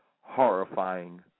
horrifying